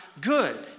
good